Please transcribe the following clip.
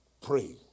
Pray